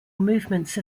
movements